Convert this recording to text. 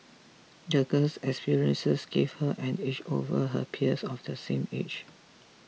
the girl's experiences gave her an edge over her peers of the same age